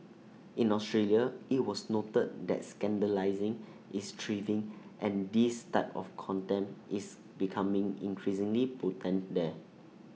in Australia IT was noted that scandalising is thriving and this type of contempt is becoming increasingly potent there